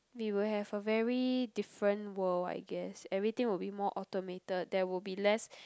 we will have a very different world I guess everything will be more automated there will be less